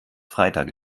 freitag